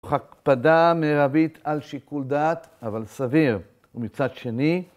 ‫הקפדה מרבית על שיקול דעת, ‫אבל סביר, ומצד שני...